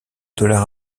dollar